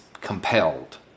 compelled